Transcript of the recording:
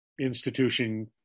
institution